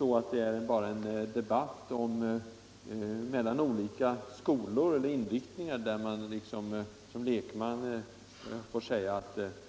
Här är det inte bara en debatt mellan olika skolor eller inriktningar, där man som lekman finner